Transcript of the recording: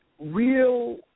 real